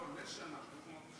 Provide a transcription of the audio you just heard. לא, לשנה.